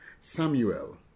Samuel